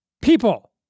People